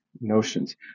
notions